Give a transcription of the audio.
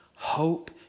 Hope